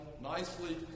nicely